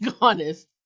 honest